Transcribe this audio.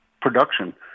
production